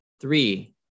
Three